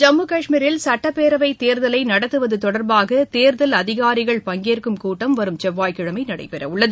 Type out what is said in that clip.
ஜம்மு கஷ்மீரில் சட்டப்பேரவைத் தேர்தலைநடத்துவதுதொடர்பாகதேர்தல் அதிகாரிகள் பங்கேற்கும் கூட்டம் வரும் செவ்வாய்கிழமைநடைபெறவுள்ளது